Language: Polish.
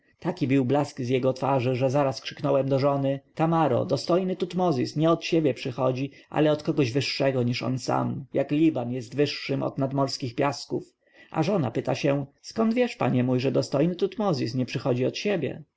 taki bił blask z jego twarzy że zaraz krzyknąłem do żony tamaro dostojny tutmozis nie od siebie przychodzi ale od kogoś wyższego niż on sam jak liban jest wyższym od nadmorskich piasków a żona pyta się skąd wiesz panie mój że dostojny tutmozis nie przychodzi od siebie